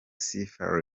sifa